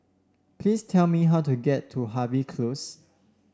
please tell me how to get to Harvey Close